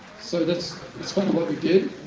so that's that's quite a lot we did.